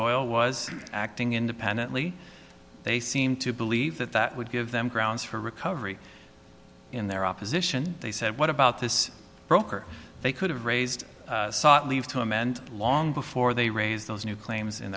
oil was acting independently they seem to believe that that would give them grounds for recovery in their opposition they said what about this broker they could have raised sought leave to amend long before they raised those new claims